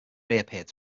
reappeared